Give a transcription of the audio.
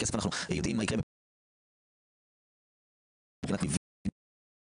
בכסף אנחנו יודעים מה יקרה מבחינת מבנים במדינת ישראל,